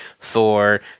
Thor